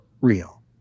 real